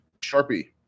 Sharpie